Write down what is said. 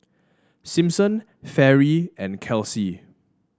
Simpson Fairy and Kelsey